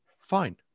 fine